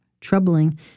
troubling